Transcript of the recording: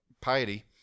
Piety